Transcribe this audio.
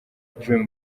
dream